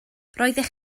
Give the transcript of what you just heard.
roeddech